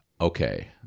okay